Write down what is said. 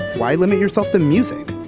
why limit yourself to music?